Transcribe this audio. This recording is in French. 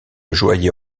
joaillier